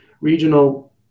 regional